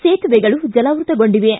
ಸೇತುವೆಗಳ ಜಲಾವೃತಗೊಂಡಿವೆ